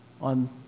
on